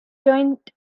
joined